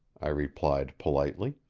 i replied politely.